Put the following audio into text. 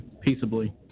peaceably